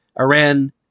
Iran